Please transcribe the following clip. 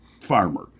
farmer